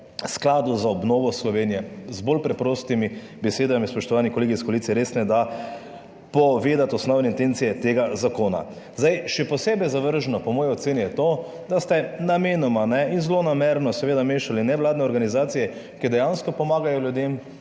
Skladu za obnovo Slovenije. Z bolj preprostimi besedami, spoštovani kolegi iz koalicije, res ne da povedati osnovne intence tega zakona. Zdaj, še posebej zavržno po moji oceni je to, da ste namenoma in zlonamerno seveda mešali nevladne organizacije, ki dejansko pomagajo ljudem.